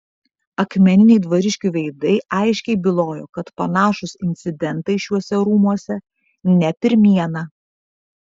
akmeniniai dvariškių veidai aiškiai bylojo kad panašūs incidentai šiuose rūmuose ne pirmiena